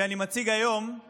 שאני מציג היום הוא